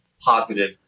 positive